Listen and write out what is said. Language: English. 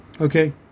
okay